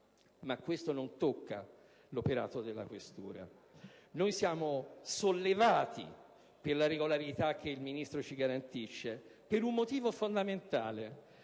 ma questo non tocca l'operato della questura. Siamo sollevati per la regolarità che il Ministro ci garantisce, per un motivo fondamentale: